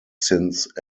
since